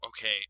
okay